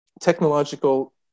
technological